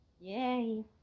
Yay